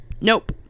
Nope